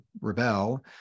rebel